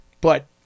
but-